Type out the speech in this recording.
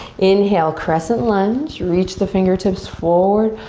inhale, crescent lunge, reach the fingertips forward,